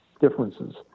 differences